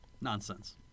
nonsense